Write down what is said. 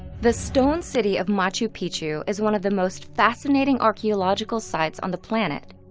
the stone city of machu picchu is one of the most fascinating archeological sites on the planet.